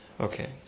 Okay